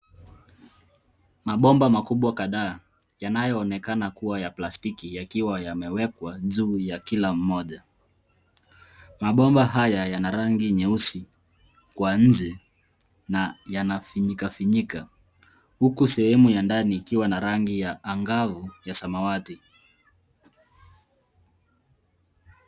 Mabomba makubwa kadhaa yanayoonekana kuwa ya plastiki yakiwa yamewekwa juu ya kila mmoja. Mabomba haya yana rangi nyeusi kwa nje na yanafinyika finyika huku sehemu ya ndani ikiwa na rangi ya angavu ya samawati.